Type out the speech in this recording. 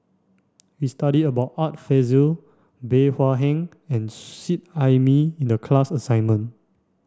we studied about Art Fazil Bey Hua Heng and Seet Ai Mee in the class assignment